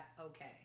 okay